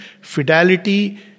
fidelity